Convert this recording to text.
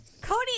Cody